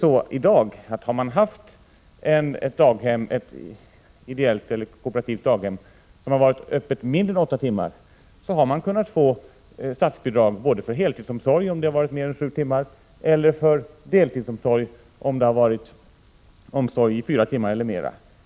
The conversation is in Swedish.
I dag är det på det sättet att ett ideellt eller kooperativt daghem som är öppet mindre än åtta timmar per dag kan erhålla statsbidrag både för heltidsomsorg, dvs. omsorg i mer än sju timmar per dag, och för deltidsomsorg, dvs. omsorg i fyra timmar eller mer.